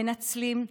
מנצלים,